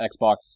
xbox